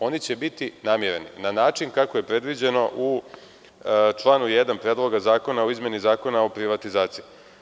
Oni će biti namireni na način kako je predviđeno u članu 1. Predloga zakona o izmeni Zakona o privatizaciji.